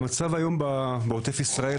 המצב היום בעוטף ישראל,